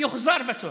יוחזר בסוף.